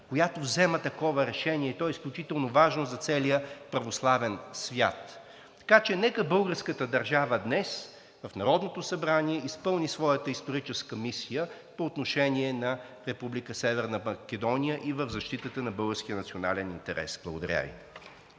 която взема такова решение, и то е изключително важно за целия православен свят. Така че нека българската държава днес в Народното събрание да изпълни своята историческа мисия по отношение на Република Северна Македония и в защитата на българския национален интерес. Благодаря Ви.